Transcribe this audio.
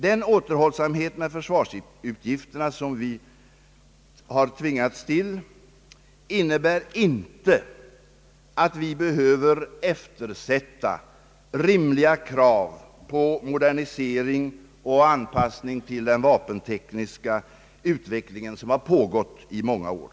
Den återhållsamhet vad gäller försvarsutgifterna, som vi nu tvingas till; innebär inte att vi för framtiden behöver eftersätta rimliga krav på en modernisering och anpassning till den vapentekniska utveckling, som har pågått i många år.